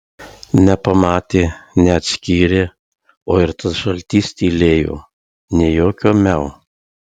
nepamatė neatskyrė o ir tas žaltys tylėjo nė jokio miau